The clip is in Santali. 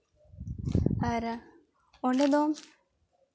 ᱟᱨ ᱚᱸᱰᱮ ᱫᱚ